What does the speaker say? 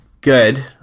good